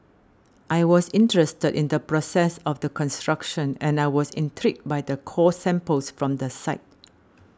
I was interested in the process of the construction and I was intrigued by the core samples from the site